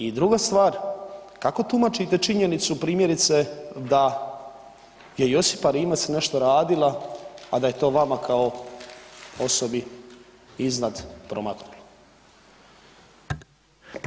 I druga stvar, kako tumačite činjenicu primjerice da je Josipa Rimac nešto radila, a da je to vama kao osobi iznad promaknulo?